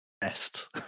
best